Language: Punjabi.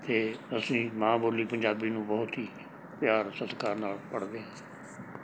ਅਤੇ ਅਸੀਂ ਮਾਂ ਬੋਲੀ ਪੰਜਾਬੀ ਨੂੰ ਬਹੁਤ ਹੀ ਪਿਆਰ ਸਤਿਕਾਰ ਨਾਲ ਪੜ੍ਹਦੇ ਹਾਂ